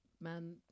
men